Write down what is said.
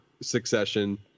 succession